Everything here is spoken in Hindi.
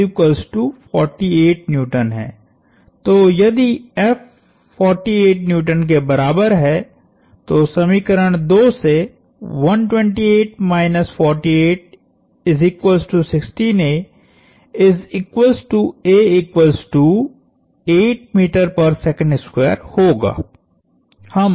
तो यदि F 48 N के बराबर है तो समीकरण 2 सेहोगा